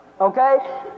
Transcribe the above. Okay